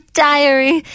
diary